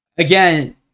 Again